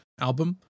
album